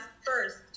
first